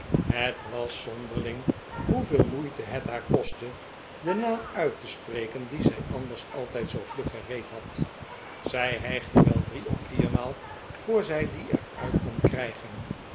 het was zonderling hoeveel moeite het haar kostte den naam uit te spreken dien zij anders altijd zoo vlug gereed had zij hijgde wel drie of yiermaal voor zij dien er uit kon krijgen